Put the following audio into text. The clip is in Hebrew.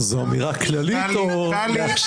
טלי.